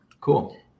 Cool